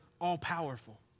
all-powerful